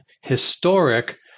historic